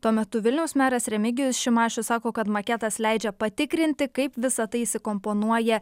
tuo metu vilniaus meras remigijus šimašius sako kad maketas leidžia patikrinti kaip visa tai įsikomponuoja